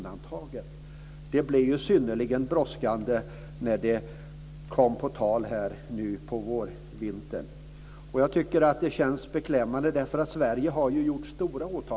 Det blev ju synnerligen brådskande när det kom på tal här nu på vårvintern. Jag tycker att det känns beklämmande, eftersom Sverige har gjort stora åtaganden.